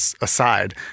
aside